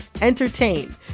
entertain